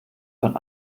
von